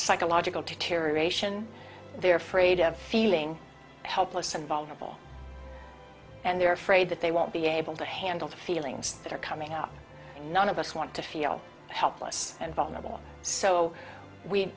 psychological to to ration they're afraid of feeling helpless and vulnerable and they're afraid that they won't be able to handle the feelings that are coming out none of us want to feel helpless and vulnerable so we